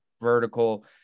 vertical